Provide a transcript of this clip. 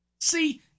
See